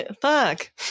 Fuck